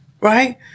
Right